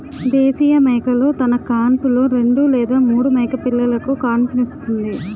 దేశీయ మేకలు తన కాన్పులో రెండు లేదా మూడు మేకపిల్లలుకు కాన్పుస్తుంది